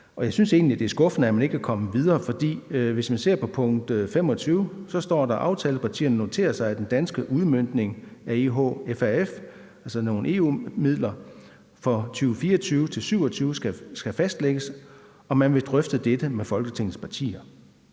og jeg synes egentlig, det er skuffende, at man ikke er kommet videre. For hvis man ser på punkt 25, står der: »Aftalepartierne noterer sig, at den danske udmøntning af EHFAF«, altså nogle EU-midler, »for 2024-27 skal fastlægges, og at man vil drøfte dette med Folketingets partier«.